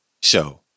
Show